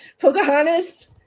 Pocahontas